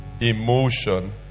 Emotion